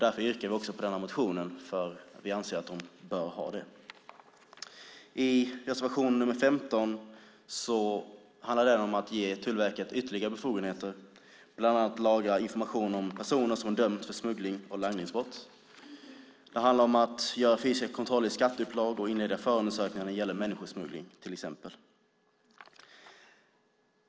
Vi yrkar bifall till denna reservation, för vi anser att de bör ha dessa befogenheter. Reservation 15 handlar om att ge Tullverket ytterligare befogenheter, bland annat att lagra information om personer som dömts för smugglings och langningsbrott. Det handlar om att göra fysiska kontroller i skatteupplag och inleda förundersökningar när det gäller människosmuggling, till exempel.